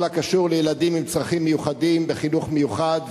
הקשור לילדים עם צרכים מיוחדים בחינוך מיוחד,